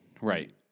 Right